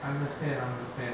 understand